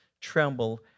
tremble